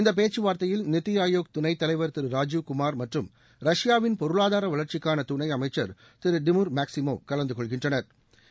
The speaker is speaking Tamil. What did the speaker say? இந்தப் பேச்சுவார்த்தையில் நித்தி ஆயோக் துணைத் தலைவர் திரு ராஜிவ் குமார் மற்றும் ரஷ்யாவின் பொருளாதார வளாச்சிக்கான துணை அமைச்சா் திரு திமுா் மேக்சிமவ் கலந்து கொள்கின்றனா்